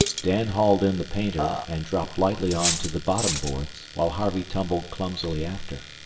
dan hauled in the painter, and dropped lightly on to the bottom boards, while harvey tumbled clumsily after.